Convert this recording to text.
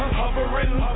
hovering